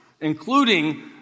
including